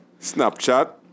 Snapchat